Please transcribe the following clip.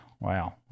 Wow